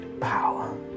power